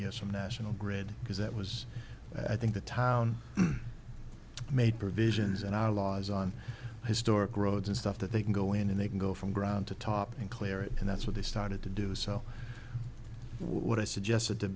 years from national grid because that was i think the town made provisions and our laws on historic roads and stuff that they can go in and they can go from ground to top and clarity and that's what they started to do so what i suggest